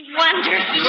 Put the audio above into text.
wonderful